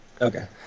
okay